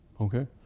okay